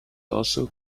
also